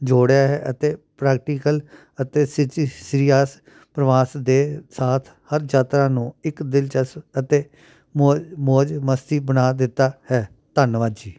ਜੋੜਿਆ ਹੈ ਅਤੇ ਪ੍ਰੈਕਟੀਕਲ ਅਤੇ ਸ਼ੀਚੀ ਸ਼੍ਰੀ ਆਸ ਪ੍ਰਵਾਸ ਦੇ ਸਾਥ ਹਰ ਯਾਤਰਾ ਨੂੰ ਇੱਕ ਦਿਲਚਸਪ ਅਤੇ ਮੌਜ ਮੌਜ ਮਸਤੀ ਬਣਾ ਦਿੱਤਾ ਹੈ ਧੰਨਵਾਦ ਜੀ